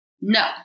No